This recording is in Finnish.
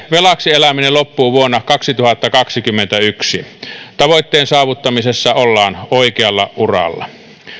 velaksi eläminen loppuu vuonna kaksituhattakaksikymmentäyksi tavoitteen saavuttamisessa ollaan oikealla uralla